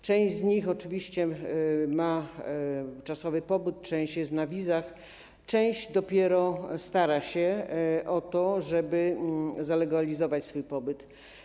Część z nich oczywiście ma czasowy pobyt, część jest tu na podstawie wiz, część dopiero stara się o to, żeby zalegalizować swój pobyt.